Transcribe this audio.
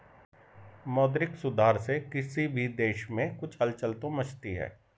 मौद्रिक सुधार से किसी भी देश में कुछ हलचल तो मचती है